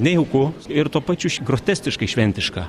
nejauku ir tuo pačiu grotestiškai šventiška